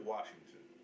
Washington